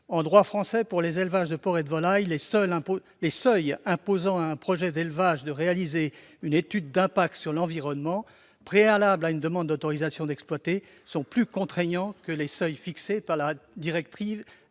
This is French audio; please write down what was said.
En droit français, pour les élevages de porcs et de volailles, les seuils imposant à un projet d'élevage de réaliser une étude d'impact sur l'environnement, préalable à une demande d'autorisation d'exploiter, sont plus contraignants que les seuils fixés par la directive